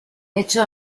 hecho